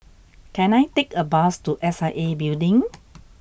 can I take a bus to S I A Building